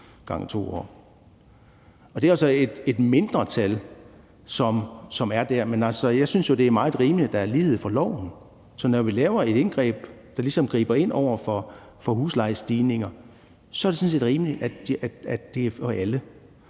jo så et mindretal, men jeg synes jo, det er meget rimeligt, at der er lighed for loven. Så når vi laver et indgreb, der ligesom griber ind over for huslejestigninger, er det sådan set rimeligt, at det er for alle.